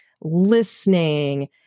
listening